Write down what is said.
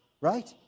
Right